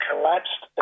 Collapsed